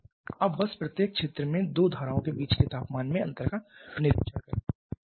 अब बस प्रत्येक क्षेत्र में दो धाराओं के बीच के तापमान में अंतर का निरीक्षण करें